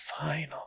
final